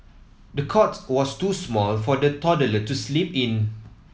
the cot was too small for the toddler to sleep in